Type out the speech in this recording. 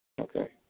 Okay